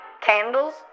Candles